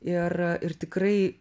ir ir tikrai